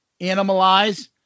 Animalize